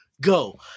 go